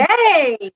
Yay